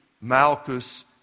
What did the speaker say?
Malchus